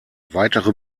weitere